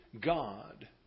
God